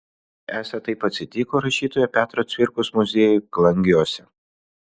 esą taip atsitiko rašytojo petro cvirkos muziejui klangiuose